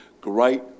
great